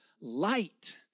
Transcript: Light